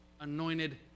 anointed